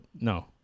No